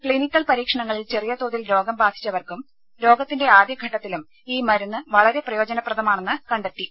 clinical പരീക്ഷണങ്ങളിൽ ചെറിയ തോതിൽ രോഗം ബാധിച്ചവർക്കും രോഗത്തിന്റെ ആദ്യഘട്ടത്തിലും ഈ മരുന്ന് വളരെ പ്രയോജനപ്രദമാണെന്നാണ് കണ്ടെത്തൽ